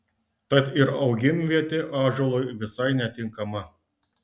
tad ir augimvietė ąžuolui visai netinkama